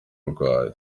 barwaye